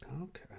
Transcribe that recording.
Okay